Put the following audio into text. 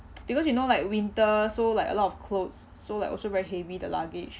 because you know like winter so like a lot of clothes so like also very heavy the luggage